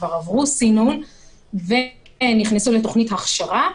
שכבר עברו סינון ונכנסו לתוכנית הכשרה.